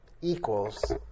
equals